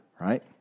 right